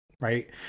Right